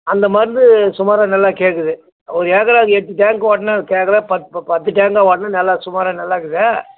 அந்த மருந்து சுமாராக நல்லா கேட்குது ஒரு ஏக்கருக்கு எட்டு டேங்க்கு ஓட்டுனேன் கேட்கல பத் பத்து டேங்கா ஓட்டுனேன் நல்லா சுமாராக நல்லா இருக்குது